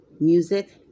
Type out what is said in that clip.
music